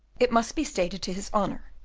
it must be stated to his honour,